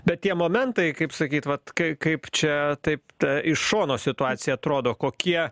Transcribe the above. bet tie momentai kaip sakyt vat kai kaip čia taip ta iš šono situacija atrodo kokie